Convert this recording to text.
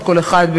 וכל אחד,